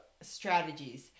strategies